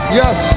yes